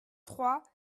trois